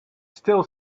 still